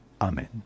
Amen